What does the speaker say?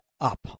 up